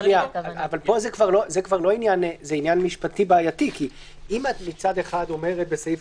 זה עניין משפטי בעייתי כי אם מצד אחד את אומרת בסעיף